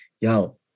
yo